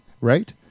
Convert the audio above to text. right